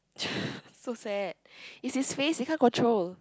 so sad it's his face he can't control